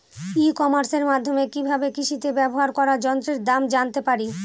ই কমার্সের মাধ্যমে কি ভাবে কৃষিতে ব্যবহার করা যন্ত্রের দাম জানতে পারি?